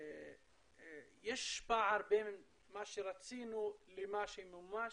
יש פער בין מה שרצינו למה שמומש